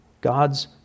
God's